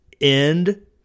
end